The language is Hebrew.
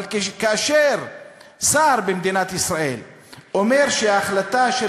אבל כאשר שר במדינת ישראל אומר שהחלטה של